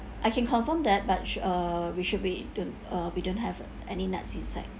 I can confirm that but sh~ we should be don't uh we don't have uh any nuts inside